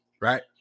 right